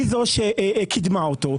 היא זו שקידמה אותו.